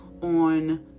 on